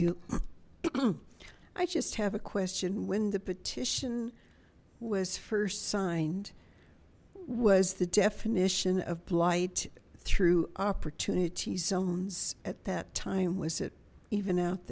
you i just have a question when the petition was first signed was the definition of blight through opportunity zones at that time was it even out